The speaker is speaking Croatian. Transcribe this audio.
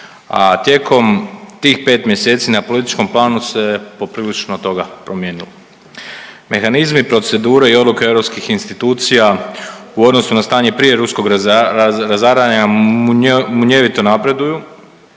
tijekom tih 5 mjeseci na političkom planu se poprilično toga promijenilo. Mehanizmi, procedure i odluke europskih institucija, u odnosu na stanje prije ruskog razaranja munjevito napreduju,